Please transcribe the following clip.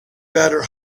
better